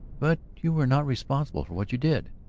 but you were not responsible for what you did.